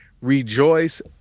Rejoice